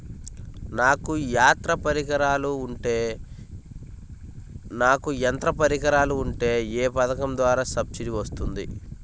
నాకు యంత్ర పరికరాలు ఉంటే ఏ పథకం ద్వారా సబ్సిడీ వస్తుంది?